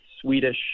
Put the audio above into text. Swedish